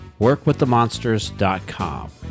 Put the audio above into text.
workwiththemonsters.com